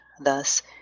thus